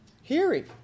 hearing